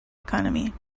economy